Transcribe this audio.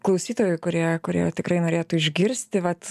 klausytojų kurie kurie tikrai norėtų išgirsti vat